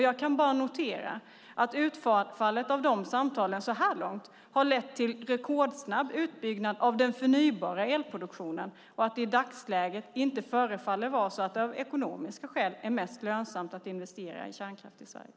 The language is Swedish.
Jag kan bara notera att utfallet av de samtalen så här långt har lett till en rekordsnabb utbyggnad av den förnybara elproduktionen. Och i dagsläget förefaller det inte vara så att det av ekonomiska skäl är mest lönsamt att investera i kärnkraft i Sverige.